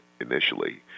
initially